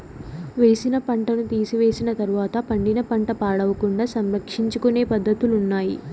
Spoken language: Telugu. వేసిన పంటను తీసివేసిన తర్వాత పండిన పంట పాడవకుండా సంరక్షించుకొనే పద్ధతులున్నాయి